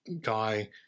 guy –